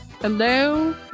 Hello